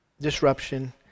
disruption